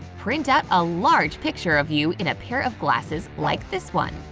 print out a large picture of you in a pair of glasses like this one.